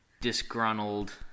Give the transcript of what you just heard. disgruntled